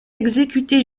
exécuter